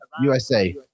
USA